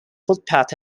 footpath